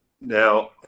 now